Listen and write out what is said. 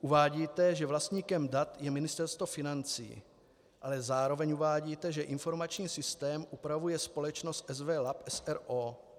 Uvádíte, že vlastníkem dat je Ministerstvo financí, ale zároveň uvádíte, že informační systém upravuje společnost SW Lab, s.r.o.